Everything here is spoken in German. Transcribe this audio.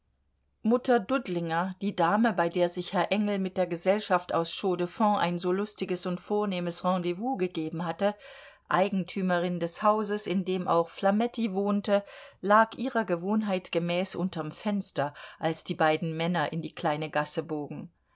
mutter dudlinger die dame bei der sich herr engel mit der gesellschaft aus chaux de fonds ein so lustiges und vornehmes rendez-vous gegeben hatte eigentümerin des hauses in dem auch flametti wohnte lag ihrer gewohnheit gemäß unterm fenster als die beiden männer in die kleine gasse bogen